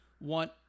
want